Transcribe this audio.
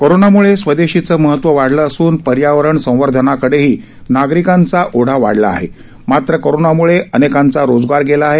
कोरोनाम्ळे स्वदेशीचे महत्व वाढलं असून पर्यावरण संवर्धनाकडेही नागरीकांचा ओढा वाढला आहे मात्र कोरोनामुळे अनेकांचा रोजगार गेला आहे